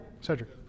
Cedric